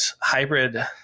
Hybrid